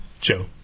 Joe